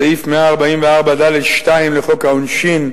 סעיף 144ד2 לחוק העונשין,